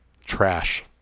trash